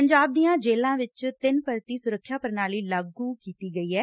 ਪੰਜਾਬ ਦੀਆਂ ਜੇਲ੍ਹਾਂ ਵਿਚ ਤਿੰਨ ਪਰਤੀ ਸੁਰੱਖਿਆ ਪ੍ਰਣਾਲੀ ਲਾਗੁ ਕੀਤੀ ਗਈ ਐ